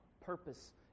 purpose